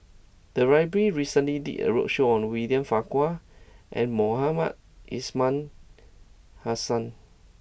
the library recently did a roadshow on William Farquhar and Mohamed Ismail Hussain